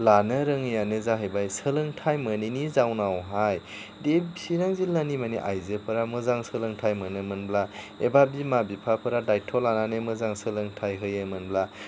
लानो रोङैआनो जाहैबाय सोलोंथाइ मोनैनि जाउनआवहाय बे चिरां जिल्लानि मानि आइजोफोरा मोजां सोलोंथाइ मोनो मोनब्ला एबा बिमा बिफाफोर दाइथ' लानानै मोजां सोलोंथाइ होयोमोनब्ला